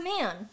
man